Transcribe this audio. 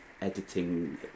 editing